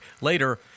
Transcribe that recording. Later